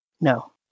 No